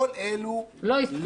כל אלו -- לא הספיקו.